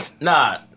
Nah